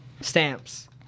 stamps